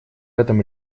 этом